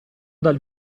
dal